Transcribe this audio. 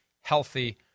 healthy